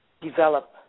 develop